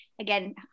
again